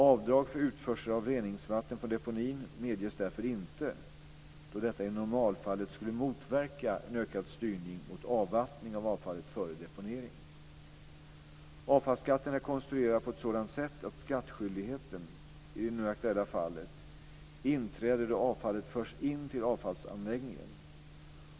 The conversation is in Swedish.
Avdrag för utförsel av reningsvatten från deponin medges därför inte, då detta i normalfallet skulle motverka en ökad styrning mot avvattning av avfallet före deponering. Avfallsskatten är konstruerad på ett sådant sätt att skattskyldigheten, i det nu aktuella fallet, inträder då avfallet förs in till avfallsanläggningen.